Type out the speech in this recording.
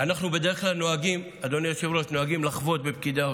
אנחנו נוהגים לחבוט בפקידי האוצר.